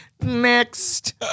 next